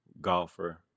golfer